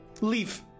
Leave